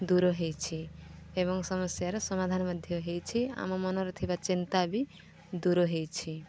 ଦୂର ହେଇଛି ଏବଂ ସମସ୍ୟାର ସମାଧାନ ମଧ୍ୟ ହେଇଛି ଆମ ମନରେ ଥିବା ଚିନ୍ତା ବି ଦୂର ହେଇଛି